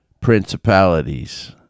principalities